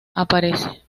aparece